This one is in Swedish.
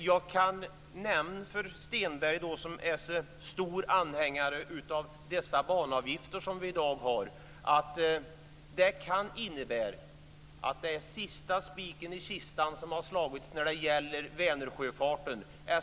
Jag kan nämna för Stenberg, som är en stor anhängare av de banavgifter som vi i dag har, att det kan innebära att det är sista spiken i kistan som slagits när det gäller Vänersjöfarten.